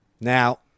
now